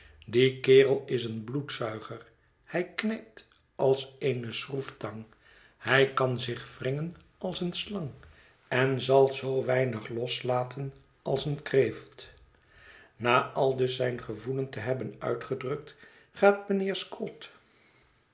die kerel is een bloedzuiger hij knijpt als eene schroeftang hij kan zich wringen als eene slang en zal zoo weinig loslaten als een kreeft na aldus zijn gevoelen te hebben uitgedrukt gaat mijnheer